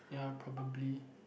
ya probably